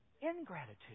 ingratitude